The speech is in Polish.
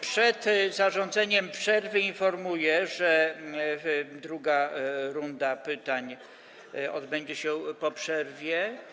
Przed zarządzeniem przerwy informuję, że druga runda pytań odbędzie się po przerwie.